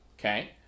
Okay